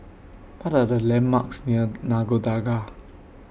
What Are The landmarks near Nagore Dargah